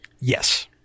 Yes